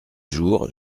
jours